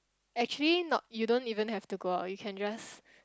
actually not you don't even have to go out you can just